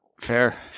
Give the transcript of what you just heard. fair